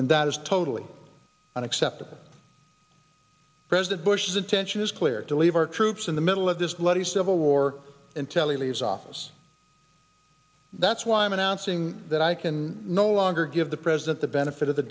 and that is totally unacceptable president bush's intention is clear to leave our troops in the middle of this bloody civil war and teles office that's why i'm announcing that i can no longer give the president the benefit of the